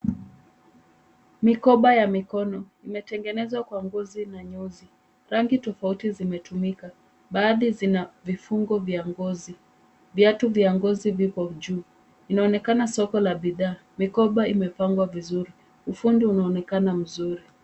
Mikoba ya mikono. Imetengenezwa kwa ngoi na nyuzi. Rangi tofauti zimetumika. Baadhi zina vifungo vya ngozi. Viatu vya ngozi zipo juu. Inaonekana soko la bidhaa. Mikoba imepangwa vizuri. Ufundi unaonekana mzuri.